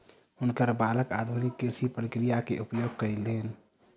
हुनकर बालक आधुनिक कृषि प्रक्रिया के उपयोग कयलैन